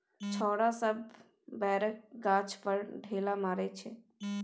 छौरा सब बैरक गाछ पर ढेला मारइ छै